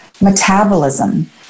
metabolism